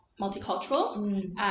multicultural